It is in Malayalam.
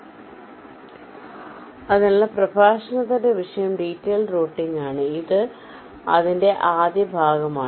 നെ അതിനാൽ പ്രഭാഷണത്തിന്റെ വിഷയം ഡീറ്റൈൽഡ് റൂട്ടിംഗ് ആണ് ഇത് അതിന്റെ ആദ്യ ഭാഗമാണ്